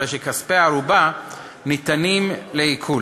הרי שכספי הערובה ניתנים לעיקול.